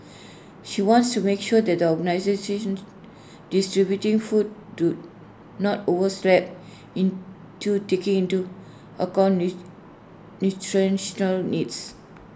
she wants to make sure that organisations distributing food do not overs lap into take into account nutritional needs